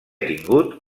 tingut